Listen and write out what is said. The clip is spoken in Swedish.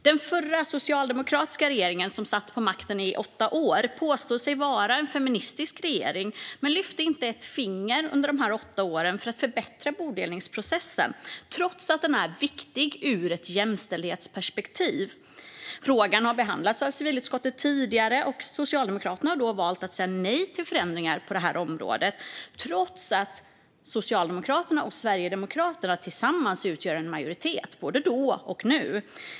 Den förra socialdemokratiska regeringen, som satt vid makten i åtta år och som påstod sig vara en feministisk regering, lyfte inte ett finger under dessa åtta år för att förbättra bodelningsprocessen, trots att det är viktigt ur ett jämställdhetsperspektiv. Frågan har behandlats av civilutskottet tidigare. Socialdemokraterna valde då att säga nej till förändringar på detta område trots att Socialdemokraterna och Sverigedemokraterna tillsammans utgjorde en majoritet - det gör vi också nu.